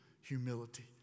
humility